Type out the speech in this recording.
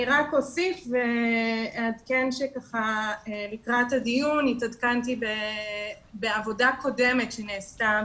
אני רק אוסיף ואעדכן שלקראת הדיון התעדכנתי בעבודה קודמת שנעשתה